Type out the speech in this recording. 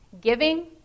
giving